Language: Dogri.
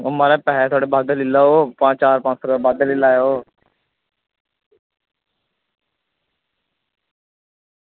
एह् म्हाराज चार पैसे बद्ध लेई लैयो चार पंज सौ बद्ध लेई लैयो